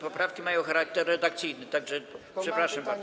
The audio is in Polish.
Poprawki mają charakter redakcyjny, tak że przepraszam bardzo.